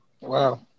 Wow